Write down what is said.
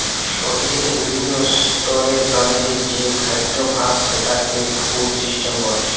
প্রকৃতিতে বিভিন্ন স্তরের প্রাণীদের যে খাদ্যাভাস সেটাকে ফুড সিস্টেম বলে